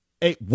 Hey